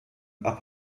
upper